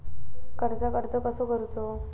कर्जाक अर्ज कसो करूचो?